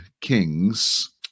Kings